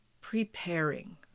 preparing